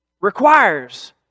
Requires